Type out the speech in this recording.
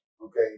Okay